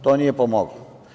To nije pomoglo.